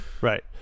Right